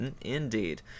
Indeed